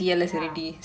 ya